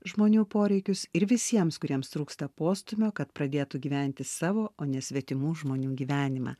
žmonių poreikius ir visiems kuriems trūksta postūmio kad pradėtų gyventi savo o ne svetimų žmonių gyvenimą